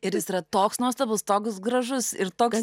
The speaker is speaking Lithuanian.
ir jis yra toks nuostabus toks gražus ir tos